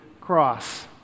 cross